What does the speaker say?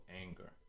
anger